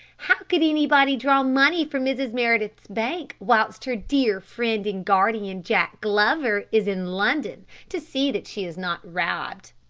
how could anybody draw money from mrs. meredith's bank whilst her dear friend and guardian, jack glover, is in london to see that she is not robbed.